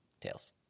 Tails